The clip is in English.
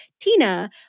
Tina